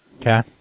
Okay